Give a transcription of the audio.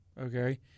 okay